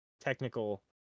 technical